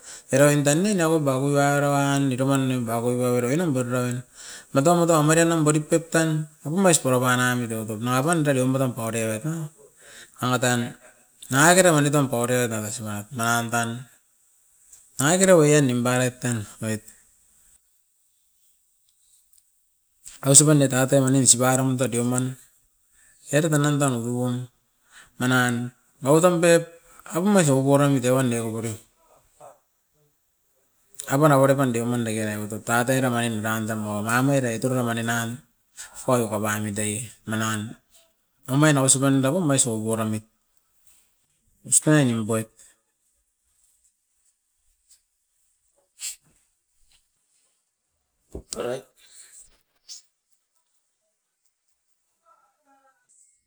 Era oin tan ne niako paku oi airoan dikupan nimpa goigoiro num bararoin, matau matau marienum barit pep tan, apaum ais purapana mit eva top nanga apan tadiom maram pauremit na. Nanga tan nangakera wani tam pauremit nanga ausip pan, nangan tan, nagakera oira nimparoit tan oit. Ausi pan nio tatai manin isop ai romtan deuman, era toto nam tan ukuam manan, oit tan pep apum ais okorain itowan niokokore. Apan avere pan deuman dekerai utut tatai ravarin ran damo mamoire iturure marinan, ikoi kopanutei manan omain ausip panda pum ais okorai mit. Ostai nimpoit.